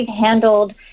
handled